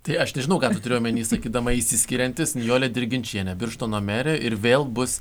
tai aš nežinau ką turiu omeny sakydama išsiskiriantis nijolė dirginčienė birštono merė ir vėl bus